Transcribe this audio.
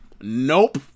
Nope